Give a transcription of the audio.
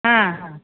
आं